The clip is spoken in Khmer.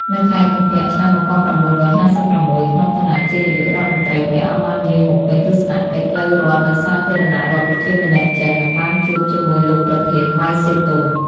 នៅខែកុម្ភៈ ឆ្នាំ១៩៥៦ ក្នុងឋានៈជានាយករដ្ឋមន្ត្រី ព្រះអង្គបានយាងបំពេញទស្សនកិច្ចផ្លូវរដ្ឋនៅសាធារណរដ្ឋប្រជាមានិតចិន និងបានជួបជាមួយលោកប្រធាន ម៉ៅ សេទុង។